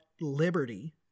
liberty